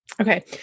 Okay